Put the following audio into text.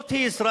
זאת היא ישראל.